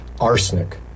arsenic